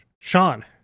Sean